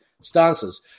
Stances